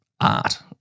art